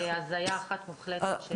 זה הזיה מוחלטת.